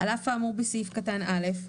על אף האמור בסעיף קטן (א),